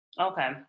Okay